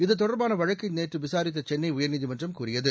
இது தொடர்பான வழக்கை நேற்று விசாரித்த சென்னை உயர்நீதிமன்றம் கூறியது